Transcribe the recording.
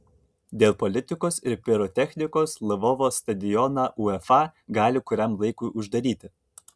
dėl politikos ir pirotechnikos lvovo stadioną uefa gali kuriam laikui uždaryti